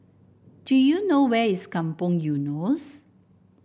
do you know where is Kampong Eunos